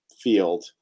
field